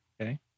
Okay